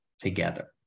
together